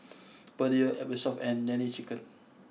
Perrier Eversoft and Nene Chicken